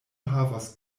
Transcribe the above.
havos